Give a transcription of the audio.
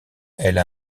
elle